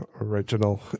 original